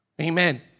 Amen